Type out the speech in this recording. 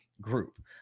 group